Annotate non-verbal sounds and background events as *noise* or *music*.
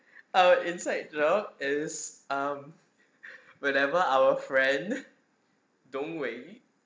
our insider joke is um whenever our friend *laughs* don wei